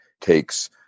takes